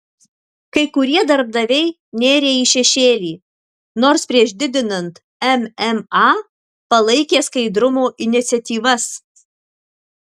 kai kurie darbdaviai nėrė į šešėlį nors prieš didinant mma palaikė skaidrumo iniciatyvas